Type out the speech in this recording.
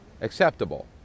acceptable